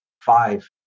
five